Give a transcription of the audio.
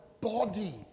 body